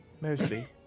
Mostly